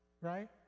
right